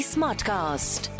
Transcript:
Smartcast